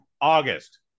August